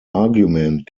argument